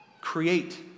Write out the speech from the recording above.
create